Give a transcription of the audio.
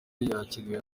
yakiriwe